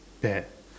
bad